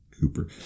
Cooper